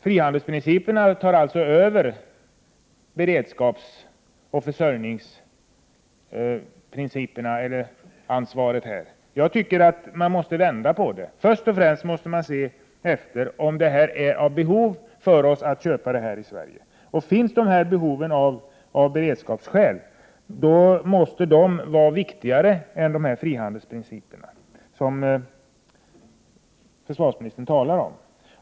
Frihandelsprinciperna tar alltså över beredskapsoch försörjningsansvaret här. Jag tycker att man måste vända på det. Först och främst måste man se efter om vi har behov av att köpa detta i Sverige. Om det behovet finns av beredskapsskäl måste det vara viktigare än de frihandelsprinciper som försvarsministern talar om.